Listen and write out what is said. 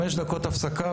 הישיבה נעולה.